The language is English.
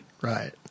right